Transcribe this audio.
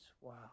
Wow